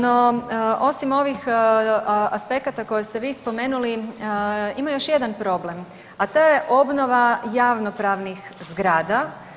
No, osim ovih aspekata koje ste vi spomenuli ima još jedan problem, a to je obnova javnopravnih zgrada.